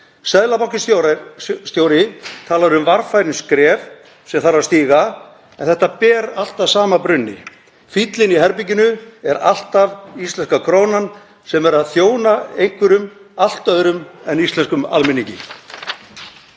Seðlabankastjóri talar um varfærin skref sem þarf að stíga en þetta ber allt að sama brunni. Fíllinn í herberginu er alltaf íslenska krónan sem er að þjóna einhverjum allt öðrum en íslenskum almenningi.